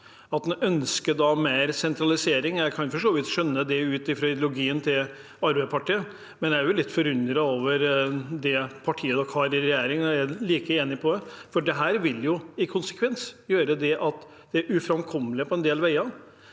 at en ønsker mer sentralisering? Jeg kan for så vidt skjønne det ut ifra ideologien til Arbeiderpartiet, men jeg er litt forundret over at det partiet man er i regjering med, er like enig, for dette vil jo ha som konsekvens at det er uframkommelig på en del veier.